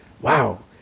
wow